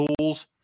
tools –